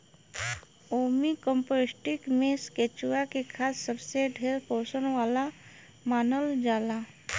vermicomposting में केचुआ के खाद सबसे ढेर पोषण वाला मानल जाला